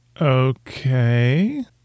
Okay